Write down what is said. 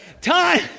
time